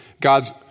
God's